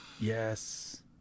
Yes